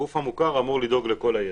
הגוף המוכר אמור לדאוג לכל היתר,